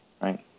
right